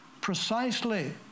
precisely